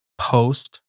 Post